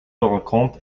rencontre